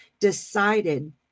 decided